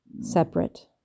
separate